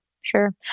sure